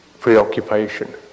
preoccupation